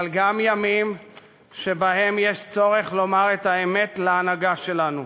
אבל גם ימים שבהם יש צורך לומר את האמת להנהגה שלנו,